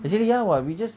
actually ya [what] we just